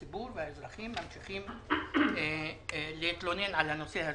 הציבור והאזרחים ממשיכים להתלונן על הנושא הזה.